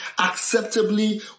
acceptably